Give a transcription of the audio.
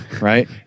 right